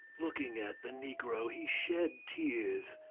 looking at the negro, he shed tears,